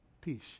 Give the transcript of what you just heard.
peace